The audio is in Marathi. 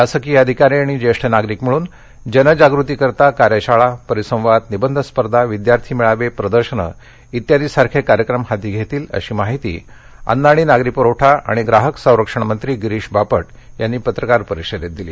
शासकीय अधिकारी आणि ज्येष्ठ नागरिक मिळून जनजागृतीकरिता कार्यशाळा परिसंवाद निबंध स्पर्धा विद्यार्थी मेळावे प्रदर्शने यासारखे कार्यक्रम हाती घेतील अशी माहिती अन्न आणि नागरी प्रखठा आणि ग्राहक संरक्षणमंत्री गिरीश बापट यांनी पत्रकार परिषदेत दिली